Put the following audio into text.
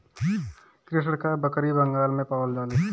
कृष्णकाय बकरी बंगाल में पावल जाले